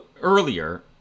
earlier